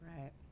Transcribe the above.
Right